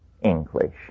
English